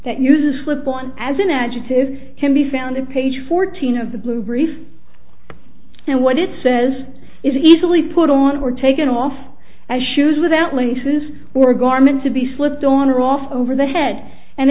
that uses were born as an adjective can be found in page fourteen of the blue brief and what it says is easily put on or taken off as shoes without laces or garment to be slipped on or off over the head and